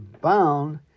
bound